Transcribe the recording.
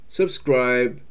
subscribe